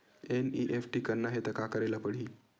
NEFT करना हे त का करे ल पड़हि?